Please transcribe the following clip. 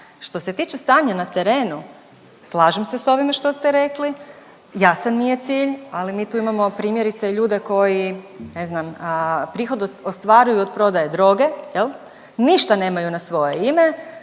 Što se tiče stanja na terenu slažem se sa ovime što ste rekli, jasan mi je cilj, ali mi tu imamo primjerice ljude koji ne znam prihod ostvaruju od prodaje droge, jel'? Ništa nemaju na svoje ime.